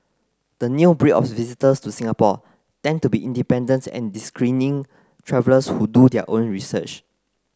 the new breed of visitors to Singapore tend to be independent and discerning travellers who do their own research